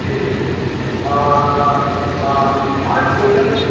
তিরিশ কেজি আর আর কী বললেন